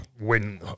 win